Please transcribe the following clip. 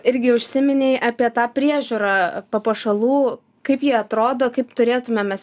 irgi užsiminei apie tą priežiūrą papuošalų kaip ji atrodo kaip turėtumėm mes